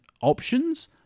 options